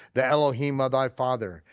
the elohim of thy father.